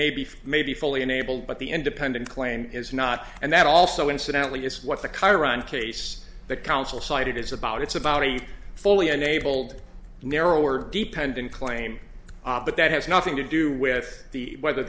beef may be fully enabled but the independent claim is not and that also incidentally is what the current case the council cited is about it's about a fully enabled narrower dependent claim but that has nothing to do with the whether